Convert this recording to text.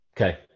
Okay